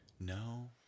no